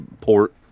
port